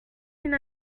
une